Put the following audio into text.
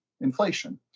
inflation